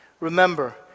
remember